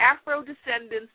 Afro-descendants